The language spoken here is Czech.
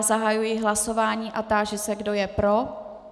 Zahajuji hlasování a táži se, kdo je pro.